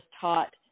taught